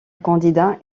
candidat